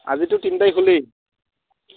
আজিতো তিনি তাৰিখ হ'লেই